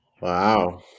Wow